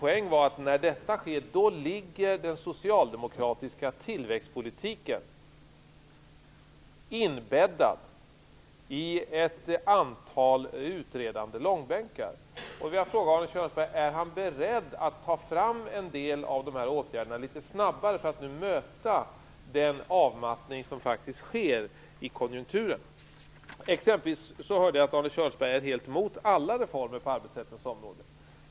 Poängen med vad jag sade är att samtidigt ligger den socialdemokratiska tillväxtpolitiken inbäddad i ett antal utredande långbänkar. Är Arne Kjörnsberg beredd att ta fram en del av de här åtgärderna litet snabbare för att möta den avmattning i konjunkturen som faktiskt sker? Jag hörde t.ex. att Arne Kjörnsberg är helt mot alla reformer på arbetsrättens område.